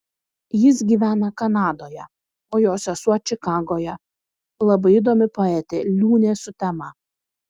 jis gyvena kanadoje o jo sesuo čikagoje labai įdomi poetė liūnė sutema